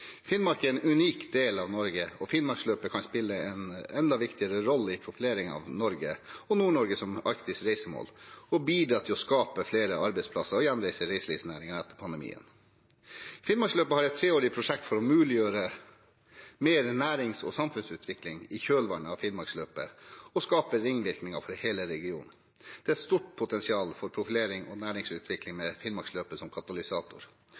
Finnmark er en unik del av Norge, og Finnmarksløpet kan spille en enda viktigere rolle i profileringen av Norge og Nord-Norge som arktisk reisemål og bidra til å skape flere arbeidsplasser gjennom reiselivsnæringen etter pandemien. Finnmarksløpet har et treårig prosjekt for å muliggjøre mer nærings- og samfunnsutvikling i kjølvannet av Finnmarksløpet og skape ringvirkninger for hele regionen. Det er et stort potensial for profilering og næringsutvikling med Finnmarksløpet som